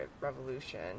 revolution